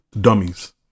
dummies